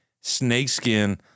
snakeskin